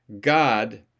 God